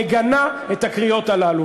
מגנה את הקריאות הללו.